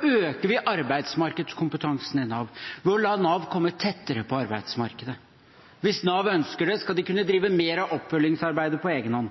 Vi øker arbeidsmarkedskompetansen i Nav ved å la Nav komme tettere på arbeidsmarkedet. Hvis Nav ønsker det, skal de kunne drive mer av oppfølgingsarbeidet på